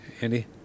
Andy